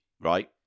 right